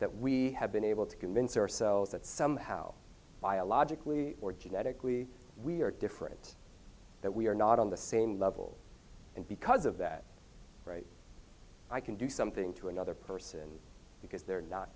that we have been able to convince ourselves that somehow biologically or genetically we are different that we are not on the same level and because of that i can do something to another person because they're not